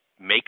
make